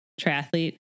triathlete